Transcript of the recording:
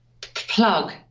plug